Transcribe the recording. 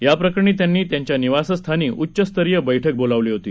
या प्रकरणी त्यांनी त्यांच्या निवासस्थानी उच्चस्तरीय बैठक बोलावली होती